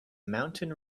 mountain